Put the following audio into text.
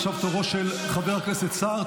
עכשיו תורו של חבר הכנסת סער.